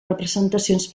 representacions